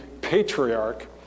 patriarch